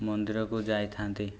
ମନ୍ଦିରକୁ ଯାଇଥାନ୍ତି